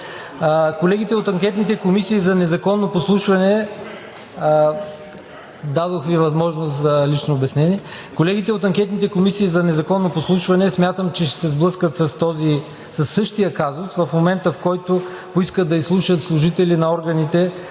(Реплика от народния представител Маноил Манев.) Дадох Ви възможност за лично обяснение. Колегите от анкетните комисии за незаконно подслушване смятам, че ще се сблъскат със същия казус в момента, в който поискат да изслушат служители на органите,